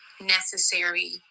necessary